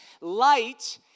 Light